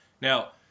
Now